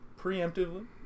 Preemptively